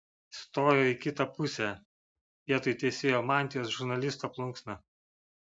stojo į kitą pusę vietoj teisėjo mantijos žurnalisto plunksna